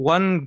One